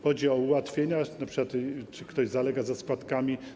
Chodzi o ułatwienia, np. o to, czy ktoś zalega ze składkami.